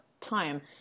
time